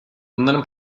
bunların